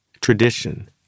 tradition